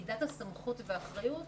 מידת הסמכות והאחריות